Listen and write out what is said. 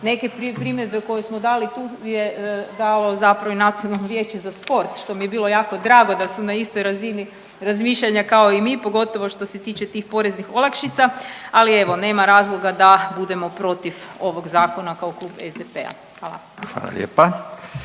Neke primjedbe koje smo dali tu je dalo zapravo i Nacionalno vijeće za sport, što mi je bilo jako drago da su na istoj razini razmišljanja kao i mi, pogotovo što se tiče tih poreznih olakšica, ali evo, nema razloga da budemo protiv ovog Zakona kao Klub SDP-a. Hvala. **Radin,